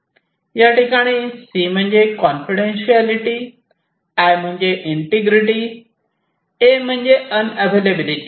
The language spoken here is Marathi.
या ठिकाणी सी म्हणजे कॉन्फिडन्सशियालिटी आय म्हणजे इंटिग्रिटी ए म्हणजे अवेलेबिलिटी